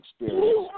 experience